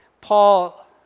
Paul